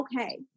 okay